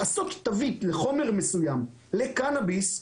לעשות תווית לחומר מסוים לקנאביס,